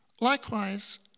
Likewise